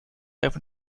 open